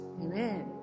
Amen